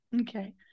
Okay